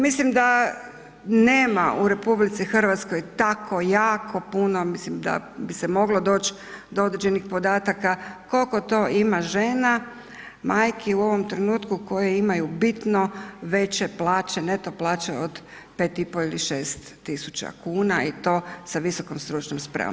Mislim da nema u RH tako jako puno, mislim da bi se moglo doć do određenih podataka kolko to ima žena, majki u ovom trenutku koje imaju bitno veće plaće, neto plaće od 5,5 ili 6.000,00 kn i to sa visokom stručnom spremom.